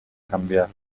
cambiar